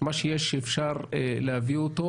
מה שיש שאפשר להביא אותם